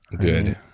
Good